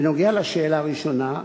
בנוגע לשאלה הראשונה,